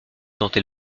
tenter